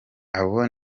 abo